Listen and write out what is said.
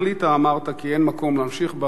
כי אין מקום להמשיך בבידוד וכן הלאה.